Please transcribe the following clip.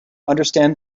understand